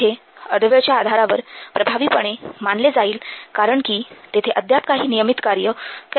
तेथे अर्धवेळच्या आधारावर प्रभावीपणे मानले जाईल कारण कि तेथे अद्याप काही नियमित कार्य करण्यास आहे